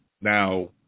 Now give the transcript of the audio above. Now